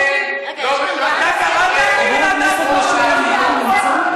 חבר הכנסת משולם נהרי נמצא?